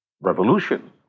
revolution